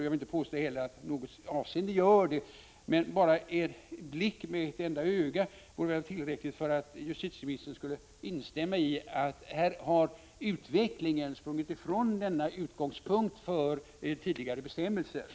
Jag vill inte heller påstå att han i något avseende gör det. Men bara en blick med ett enda öga vore tillräcklig för att få justitieministern att instämma i att utvecklingen här så att säga sprungit ifrån den tidigare utgångspunkten för bestämmelserna.